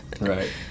Right